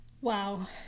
Wow